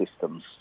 systems